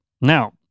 Now